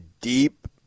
deep